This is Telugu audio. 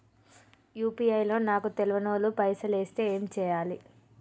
యూ.పీ.ఐ లో నాకు తెల్వనోళ్లు పైసల్ ఎస్తే ఏం చేయాలి?